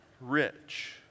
rich